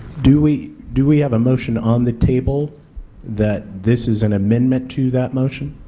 do we do we have a motion on the table that this is an amendment to that motion?